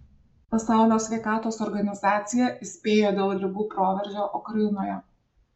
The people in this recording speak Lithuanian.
pasaulio sveikatos organizacija įspėjo dėl ligų proveržio ukrainoje